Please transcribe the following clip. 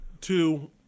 two